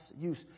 use